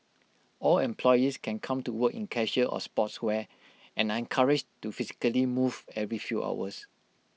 all employees can come to work in casual or sportswear and are encouraged to physically move every few hours